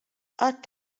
qatt